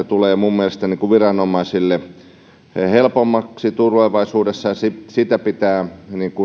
tulee mielestäni viranomaisille helpommaksi tulevaisuudessa ja sitä pitää